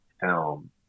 film